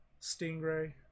Stingray